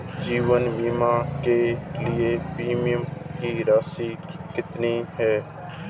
जीवन बीमा के लिए प्रीमियम की राशि कितनी है?